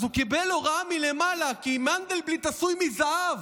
אז הוא קיבל הוראה מלמעלה, כי מנדלבליט עשוי מזהב,